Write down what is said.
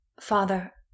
Father